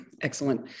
excellent